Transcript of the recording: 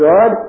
God